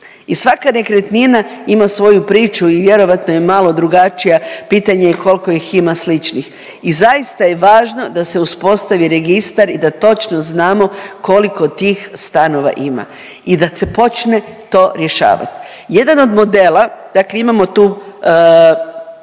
i svaka nekretnina ima svoju priču i vjerojatno je malo drugačija, pitanje je koliko ih ima sličnih. I zaista je važno da se uspostavi registar i da točno znamo koliko tih stanova ima i da se počne to rješavat. Jedan od modela, dakle imamo tu